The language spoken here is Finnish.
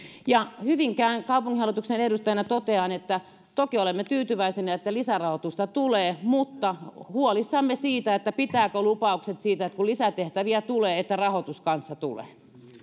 hyvinkään kaupunginhallituksen edustajana totean että toki olemme tyytyväisiä että lisärahoitusta tulee mutta huolissamme siitä pitävätkö lupaukset siitä että kun lisää tehtäviä tulee rahoitus kanssa tulee